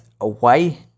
away